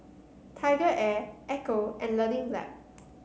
TigerAir Ecco and Learning Lab